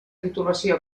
titulació